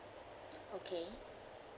okay